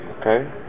okay